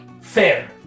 fair